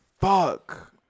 Fuck